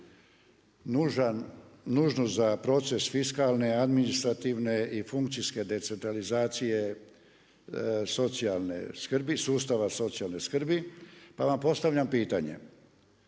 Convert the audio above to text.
nužnu za proces fiskalne, administrativne i funkcijske decentralizacije socijalne skrbi, sustava socijalne skrbi. Pa vam postavljam pitanje,